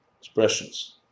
expressions